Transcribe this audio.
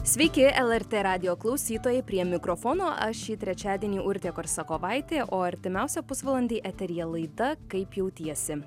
sveiki lrt radijo klausytojai prie mikrofono aš šį trečiadienį urtė korsakovaitė o artimiausią pusvalandį eteryje laida kaip jautiesi